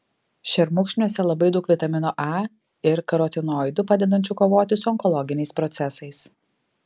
šermukšniuose labai daug vitamino a ir karotinoidų padedančių kovoti su onkologiniais procesais